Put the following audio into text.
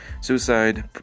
suicide